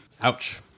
Ouch